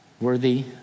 worthy